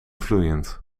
vloeiend